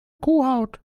kuhhaut